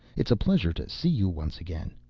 it's a pleasure to see you once again.